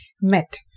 met